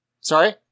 Sorry